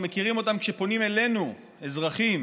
אנחנו מכירים אותן כשפונים אלינו אזרחים